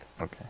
Okay